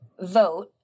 vote